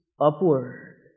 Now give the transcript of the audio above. upward